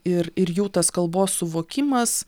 ir ir jau tas kalbos suvokimas